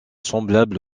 semblable